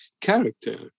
character